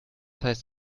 heißt